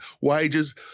wages